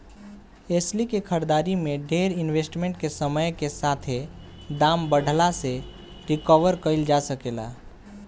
एस्ली के खरीदारी में डेर इन्वेस्टमेंट के समय के साथे दाम बढ़ला से रिकवर कईल जा सके ला